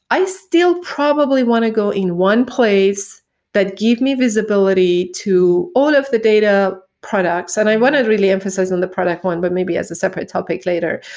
i still probably want to go in one place that give me visibility to all of the data products, and i want to really emphasize on the product one, but maybe as a separate topic later.